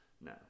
No